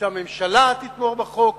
שהממשלה תתמוך בחוק.